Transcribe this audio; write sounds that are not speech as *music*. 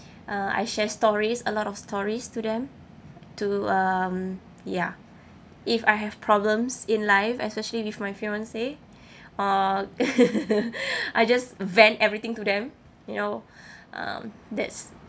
uh I share stories a lot of stories to them to um ya if I have problems in life especially with my fiance or *laughs* I just vent everything to them you know um that's